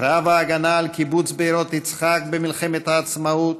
קרב ההגנה על קיבוץ בארות יצחק במלחמת העצמאות,